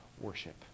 worship